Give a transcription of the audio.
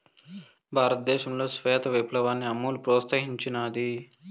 భారతదేశంలో శ్వేత విప్లవాన్ని అమూల్ ప్రోత్సహించినాది